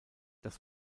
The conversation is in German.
das